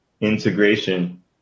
integration